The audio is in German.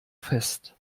fest